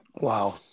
wow